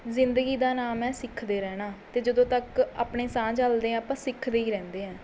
ਜ਼ਿੰਦਗੀ ਦਾ ਨਾਮ ਹੈ ਸਿੱਖਦੇ ਰਹਿਣਾ ਅਤੇ ਜਦੋਂ ਤੱਕ ਆਪਣੇ ਸਾਹ ਚੱਲਦੇ ਹੈ ਆਪਾਂ ਸਿੱਖਦੇ ਹੀ ਰਹਿੰਦੇ ਐਂ